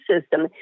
system